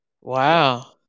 Wow